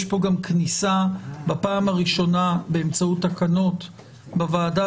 יש כאן גם כאן כניסה בפעם הראשונה באמצעות תקנות בוועדה